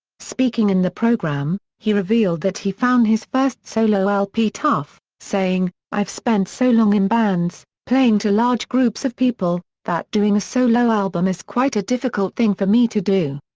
speaking in the programme, he revealed that he found his first solo lp tough, saying i've spent so long in bands, playing to large groups of people, that doing a solo album is quite a difficult thing for me to do.